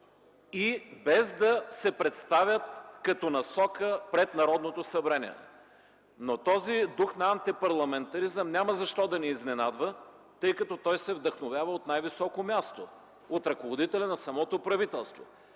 и без да се представят като насока пред Народното събрание. Този дух на антипарламентаризъм няма защо да ни изненадва, тъй като той се вдъхновява от най-високо място – от ръководителя на правителството.